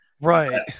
Right